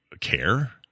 care